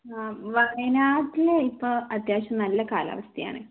ആ വയനാട്ടില് ഇപ്പോൾ അത്യാവശ്യം നല്ല കാലാവസ്ഥയാണ്